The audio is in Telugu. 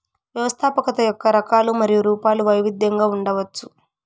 వ్యవస్థాపకత యొక్క రకాలు మరియు రూపాలు వైవిధ్యంగా ఉండవచ్చు